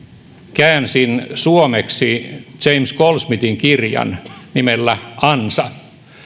käänsin suomeksi james goldsmithin kirjan nimeltä ansa